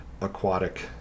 aquatic